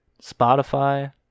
Spotify